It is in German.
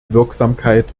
wirksamkeit